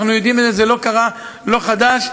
זה לא חדש,